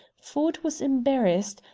ford was embarrassed,